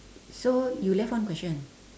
so you left one question